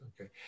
okay